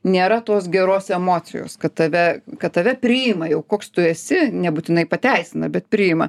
nėra tos geros emocijos kad tave kad tave priima jau koks tu esi nebūtinai pateisina bet priima